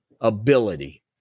ability